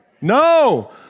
No